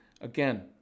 Again